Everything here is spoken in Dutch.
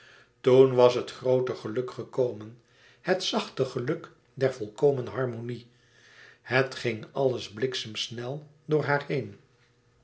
toen was het groote geluk gekomen het zachte geluk der volkomen harmonie het ging alles bliksemsnel door haar heen